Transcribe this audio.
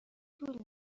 طول